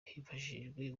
hifashishijwe